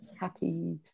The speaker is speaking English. happy